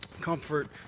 Comfort